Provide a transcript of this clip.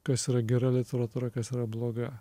kas yra gera literatūra kas yra bloga